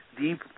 deep